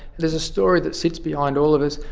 there's a story that sits behind all of us.